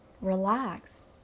relax